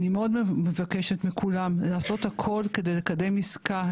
אני מאוד מבקשת מכולם לעשות הכול כדי לקדם עסקה,